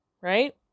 right